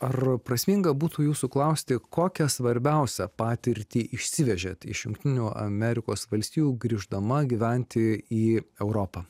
ar prasminga būtų jūsų klausti kokią svarbiausią patirtį išsivežėt iš jungtinių amerikos valstijų grįždama gyventi į europą